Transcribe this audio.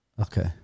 Okay